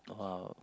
!wow!